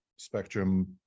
spectrum